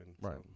Right